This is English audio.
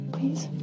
Please